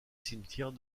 cimetière